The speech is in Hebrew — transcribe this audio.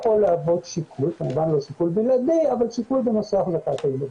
זה יכול להוות שיקול כמובן לא שיקול בלעדי בנושא החזקת הילדים.